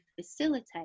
facilitate